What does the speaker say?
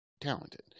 talented